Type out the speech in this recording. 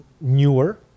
newer